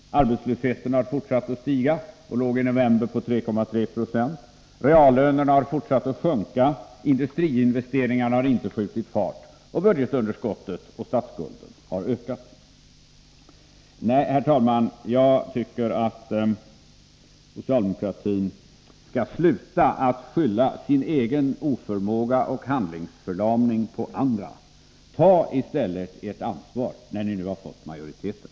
Arbetslösheten har fortsatt att stiga — den ligger i november på 3,3 Je. Reallönerna har fortsatt att sjunka. Industriinvesteringarna har inte skjutit fart. Budgetunderskott och statsskuld har ökat. Nej, herr talman, jag tycker att socialdemokratin skall sluta att skylla sin egen oförmåga och handlingsförlamning på andra. Ta i stället ert ansvar, när ni nu har fått majoriteten.